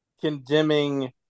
condemning